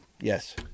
Yes